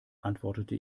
antwortete